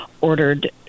ordered